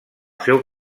seu